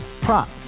Prop